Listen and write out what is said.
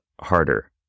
harder